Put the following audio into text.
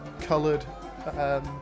coloured